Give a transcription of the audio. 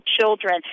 Children